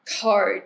code